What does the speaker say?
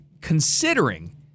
Considering